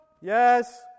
Yes